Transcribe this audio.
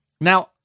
Now